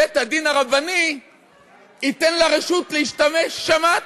בית-הדין הרבני ייתן לה רשות להשתמש בהן.